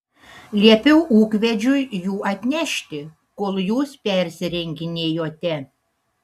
liepiau ūkvedžiui jų atnešti kol jūs persirenginėjote